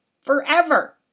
forever